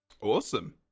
Awesome